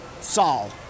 Saul